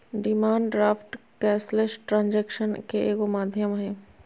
demand draft cashless ट्रांजेक्शनन के एगो माध्यम हइ